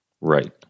Right